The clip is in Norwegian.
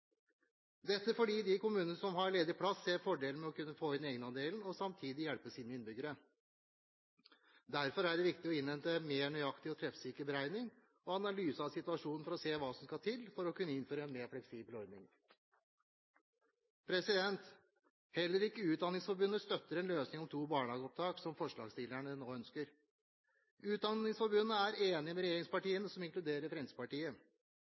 dette fordi de kommunene som har ledig plass, ser fordelen med å kunne få inn egenandelen og samtidig hjelpe sine innbyggere. Derfor er det viktig å innhente en mer nøyaktig og treffsikker beregning og analyse av situasjonen for å se hva som skal til for å kunne innføre en mer fleksibel ordning. Heller ikke Utdanningsforbundet støtter en løsning om to barnehageopptak, som forslagsstillerne nå ønsker. Utdanningsforbundet er enig med regjeringspartiene, som inkluderer Fremskrittspartiet.